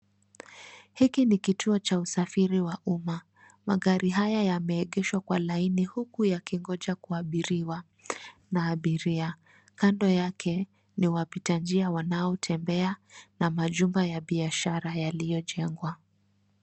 Hiki ni kituo cha usafiri wa umma. Magari haya yameegeshwa kwa laini huku yakingoja kuabiriwa na abiria. Kando yake ni wapitanjia wanaotembea na majumba ya biashara yaliyojengwa.